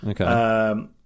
okay